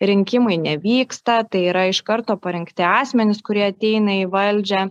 rinkimai nevyksta tai yra iš karto parinkti asmenys kurie ateina į valdžią